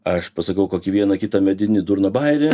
aš pasakau kokį vieną kitą medinį durną bajerį